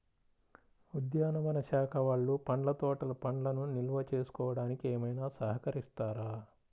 ఉద్యానవన శాఖ వాళ్ళు పండ్ల తోటలు పండ్లను నిల్వ చేసుకోవడానికి ఏమైనా సహకరిస్తారా?